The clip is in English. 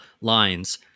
lines